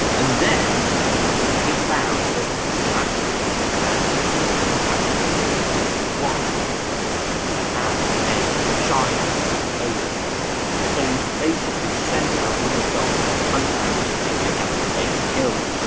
and then he found that antipater had had um t patos wife had had a child a baby so he basically sent out all the soldiers to hunt down this baby and have this baby killed